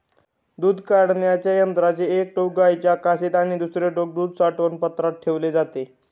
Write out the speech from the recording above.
दूध काढण्याच्या यंत्राचे एक टोक गाईच्या कासेत आणि दुसरे टोक दूध साठवण पात्रात ठेवले जाते